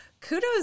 kudos